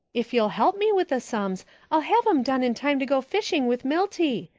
if you help me with the sums i'll have em done in time to go fishing with milty.